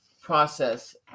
process